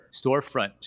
storefront